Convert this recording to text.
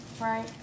right